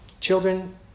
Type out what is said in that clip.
Children